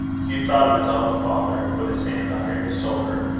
hugh thought of his own father, and put his hand on harry's shoulder.